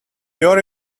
your